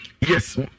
yes